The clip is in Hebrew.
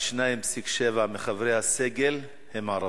רק 2.7% מחברי הסגל הם ערבים,